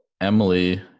Emily